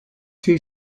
two